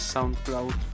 SoundCloud